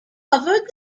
covered